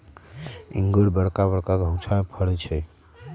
इंगूर बरका बरका घउछामें फ़रै छइ